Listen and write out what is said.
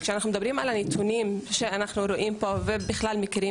כשאנחנו מדברים על הנתונים שאנחנו רואים פה ובכלל מכירים